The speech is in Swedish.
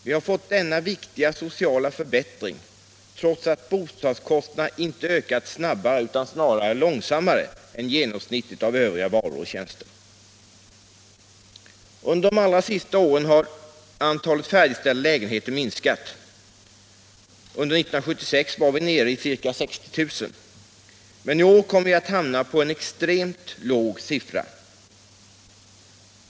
Vi har fått denna viktiga sociala förbättring trots att bostadskostnaderna inte ökats snabbare, utan snarare långsammare än genomsnittet Under de allra senaste åren har antalet färdigställda lägenheter minskat. Under 1976 var vi nere i ca 60 000, men i år kommer vi att hamna på en extremt låg nivå.